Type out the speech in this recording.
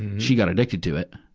she got addicted to it,